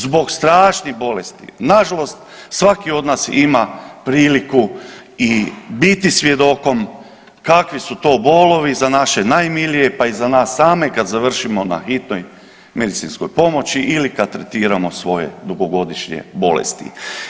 Zbog strašnih bolesti, nažalost svaki od nas ima priliku i biti svjedokom kakvi su to bolovi za naše najmilije, pa i za nas same kad završimo na hitnoj medicinskoj pomoći ili kad tretiramo svoje dugogodišnje bolesti.